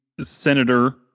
senator